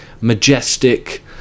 majestic